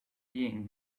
being